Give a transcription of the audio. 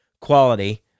quality